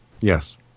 Yes